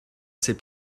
ses